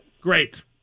Great